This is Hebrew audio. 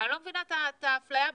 אני לא מבינה את האפליה בבסיס,